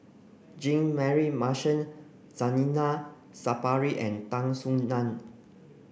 Jean Mary Marshall Zainal Sapari and Tan Soo Nan